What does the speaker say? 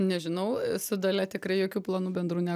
nežinau su dalia tikrai jokių planų bendrų ne